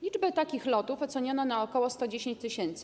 Liczbę takich lotów oceniono na ok. 110 tys.